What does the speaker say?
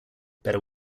better